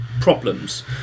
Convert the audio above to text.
problems